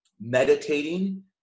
meditating